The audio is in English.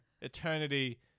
Eternity